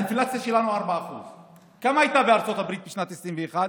האינפלציה שלנו 4%. כמה היא הייתה בארצות הברית בשנת 2021?